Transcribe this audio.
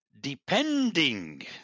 depending